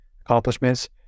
accomplishments